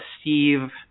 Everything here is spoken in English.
Steve